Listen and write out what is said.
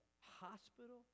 hospital